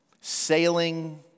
Sailing